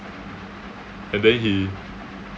and then he